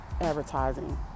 advertising